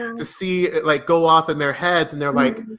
and to see like go off in their heads and they're like,